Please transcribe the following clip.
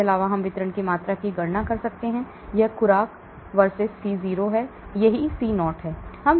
इसके अलावा हम वितरण की मात्रा की गणना कर सकते हैं यह खुराक C0 है यही C0 है